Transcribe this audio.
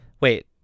Wait